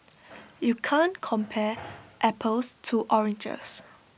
you can't compare apples to oranges